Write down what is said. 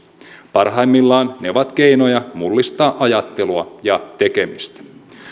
parhaimmillaan ne ovat keinoja mullistaa ajattelua ja tekemistä